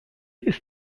ist